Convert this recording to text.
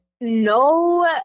No